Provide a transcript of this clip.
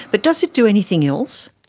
but does it do anything else?